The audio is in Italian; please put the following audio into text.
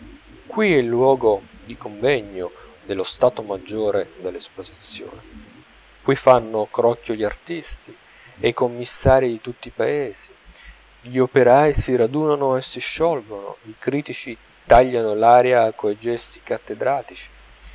qui è il luogo di convegno dello stato maggiore dell'esposizione qui fanno crocchio gli artisti e i commissarii di tutti i paesi gli operai si radunano e si sciolgono i critici tagliano l'aria coi gesti cattedratici